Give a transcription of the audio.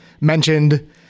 mentioned